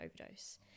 overdose